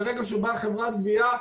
ברגע שהכנסנו חברת גבייה,